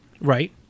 Right